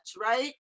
right